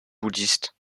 bouddhistes